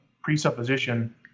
presupposition